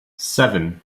seven